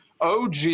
OG